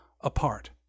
apart